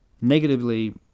negatively